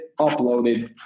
uploaded